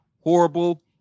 horrible